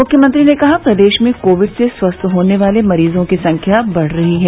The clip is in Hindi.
मुख्यमंत्री ने कहा प्रदेश में कोविड से स्वस्थ होने वाले मरीजों की संख्या बढ़ रही है